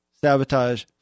sabotage